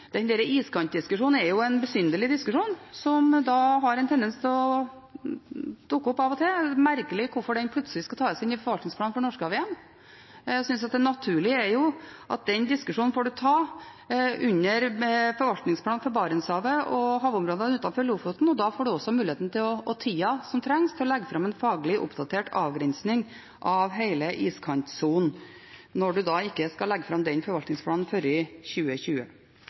Den iskantdiskusjonen er en besynderlig diskusjon, som har en tendens til å dukke opp av og til. Det er merkelig hvorfor den plutselig skal tas inn igjen i forvaltningsplanen for Norskehavet. Jeg synes det naturlige er at en tar den diskusjonen under forvaltningsplanen for Barentshavet og havområdene utenfor Lofoten. Da får en også muligheten – og tida som trengs – til å legge fram en faglig oppdatert avgrensning av hele iskantsonen, når en da ikke skal legge fram den forvaltningsplanen før i 2020.